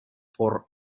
for